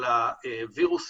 אני חושב שיש הידברות טובה.